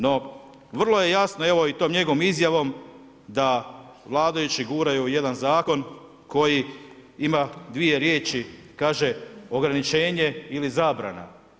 No vrlo je jasno, evo i tom njegovom izjavom da vladajući guraju jedan zakon koji ima dvije riječi, kaže ograničenje ili zabrana.